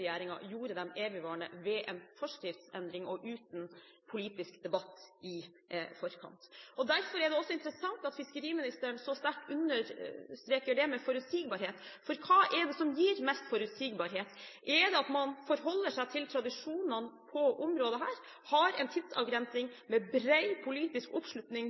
gjorde dem evigvarende ved en forskriftsendring og uten politisk debatt i forkant. Derfor er det også interessant at fiskeriministeren så sterkt understreker det med forutsigbarhet, for hva er det som gir mest forutsigbarhet? Er det at man forholder seg til tradisjonene på dette området og har en tidsavgrensning med bred politisk oppslutning